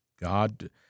God